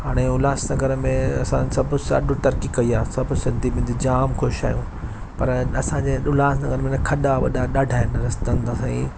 हाणे उल्हासनगर में असां सभु सॾु तरक़ी कई आहे सभु सिंधी मिली जामु ख़ुशि आहियूं पर असां जे उल्हासनगर में खॾा वॾा ॾाढा आहिनि रस्तनि तां साईं